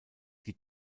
die